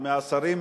מהשרים,